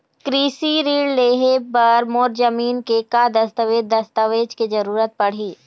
कृषि ऋण लेहे बर मोर जमीन के का दस्तावेज दस्तावेज के जरूरत पड़ही?